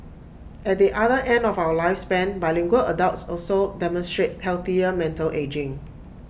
at the other end of our lifespan bilingual adults also demonstrate healthier mental ageing